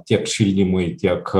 tiek šildymui tiek